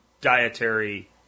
dietary